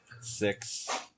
six